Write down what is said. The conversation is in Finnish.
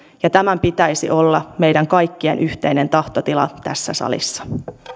ja tämän pitäisi olla meidän kaikkien yhteinen tahtotila tässä salissa